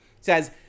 says